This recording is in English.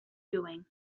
doing